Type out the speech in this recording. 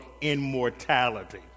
immortality